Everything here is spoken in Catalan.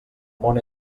món